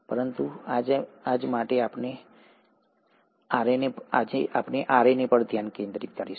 પરંતુ આજ માટે અમે અમારું ધ્યાન RNA પર કેન્દ્રિત કરીશું